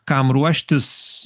kam ruoštis